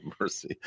mercy